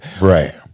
Right